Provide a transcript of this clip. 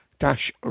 dash